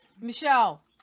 Michelle